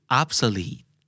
obsolete